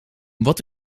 wat